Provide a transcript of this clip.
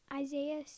Isaiah